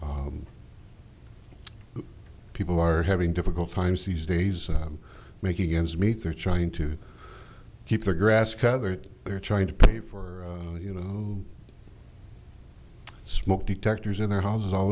and people are having difficult times these days i'm making ends meet they're trying to keep their grass cather they're trying to pay for you know smoke detectors in their houses all